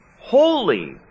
holy